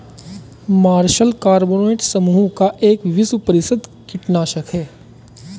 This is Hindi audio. मार्शल कार्बोनेट समूह का एक विश्व प्रसिद्ध कीटनाशक है